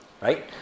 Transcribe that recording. Right